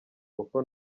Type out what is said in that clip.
kuko